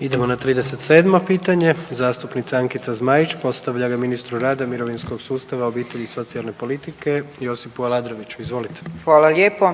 Idemo na 37 pitanje, zastupnica Ankica Zmaić postavlja ga ministru rada, mirovinskog sustava, obitelji i socijalne politike, Josipu Aladroviću. Izvolite. **Zmaić, Ankica (HDZ)** Hvala lijepo.